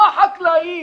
לא החקלאים.